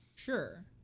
Sure